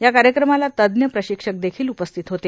या कार्यक्रमाला तज्ञ प्रशिक्षक देखील उपस्थित होते